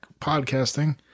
podcasting